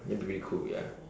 that may be cool ya